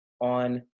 on